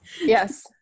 Yes